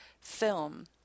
film